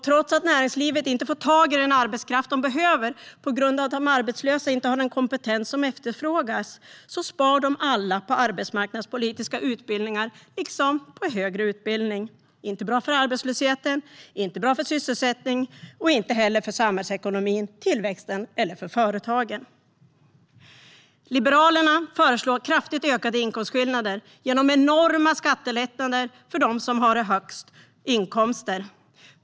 Trots att näringslivet inte får tag i den arbetskraft man behöver på grund av att de arbetslösa inte har den kompetens som efterfrågas sparar de alla på arbetsmarknadspolitiska utbildningar, liksom på högre utbildning. Det är inte bra för vare sig arbetslösheten, sysselsättningen, samhällsekonomin, tillväxten eller företagen. Liberalerna föreslår kraftigt ökade inkomstskillnader genom enorma skattelättnader för dem som har högst inkomster.